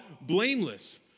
blameless